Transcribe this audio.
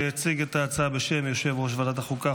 שהציג את ההצעה בשם יושב-ראש ועדת החוקה,